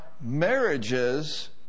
marriages